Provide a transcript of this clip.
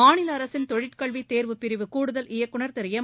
மாநில் அரசின் தொழிற்கல்வி தேர்வுப் பிரிவு கூடுதல் இயக்குநர் திரு எம்